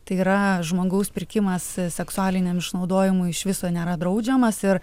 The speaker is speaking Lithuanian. tai yra žmogaus pirkimas seksualiniam išnaudojimui iš viso nėra draudžiamas ir